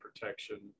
protection